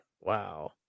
Wow